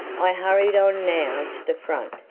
i hurried on now to the front,